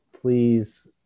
Please